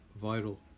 vital